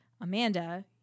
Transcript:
Amanda